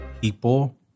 people